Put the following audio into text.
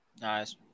Nice